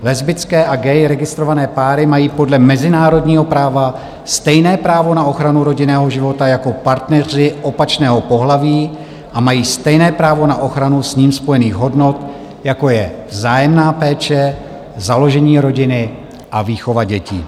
Lesbické a gay registrované páry mají podle mezinárodního práva stejné právo na ochranu rodinného života jako partneři opačného pohlaví a mají stejné právo na ochranu s ním spojených hodnot, jako je vzájemná péče, založení rodiny a výchova dětí.